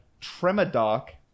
tremadoc